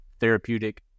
therapeutic